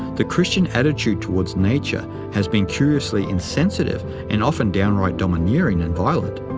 the christian attitude towards nature has been curiously insensitive and often downright domineering and violent.